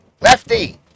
Lefty